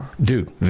Dude